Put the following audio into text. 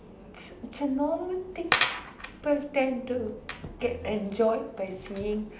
it's a normal thing people tend to get enjoyed by seeing